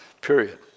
period